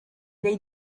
dei